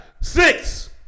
Six